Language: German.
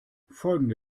folgende